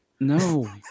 No